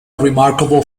remarkable